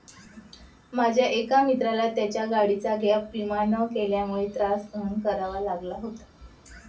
माझ्या एका मित्राला त्याच्या गाडीचा गॅप विमा न केल्यामुळे त्रास सहन करावा लागला होता